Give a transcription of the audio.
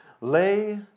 Lay